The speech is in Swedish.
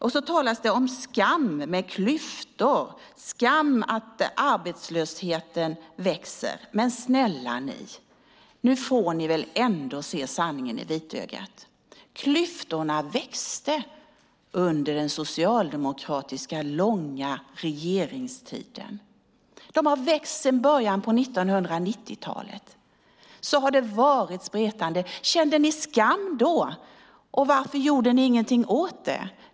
Det talas om skam med klyftor och skam att arbetslösheten växer. Men snälla ni, nu får ni väl ändå se sanningen i vitögat! Klyftorna växte under den långa socialdemokratiska regeringstiden. De har växt sedan början av 1990-talet. Kände ni skam då? Varför gjorde ni i så fall inget åt det?